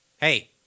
Hey